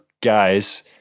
guys